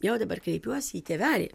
jau dabar kreipiuosi į tėvelį